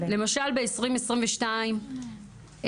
למשל ב-2022,